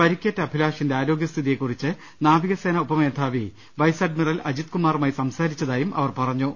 പരിക്കേറ്റ അഭിലാഷിന്റെ ആരോഗ്യസ്ഥിതിയെക്കുറിച്ച് നാവികസേനാ ഉപ മേധാവി വൈസ്അഡ്മിറൽ അജിത്കുമാറുമായി സംസാരിച്ചതായും അവർ അറിയിച്ചു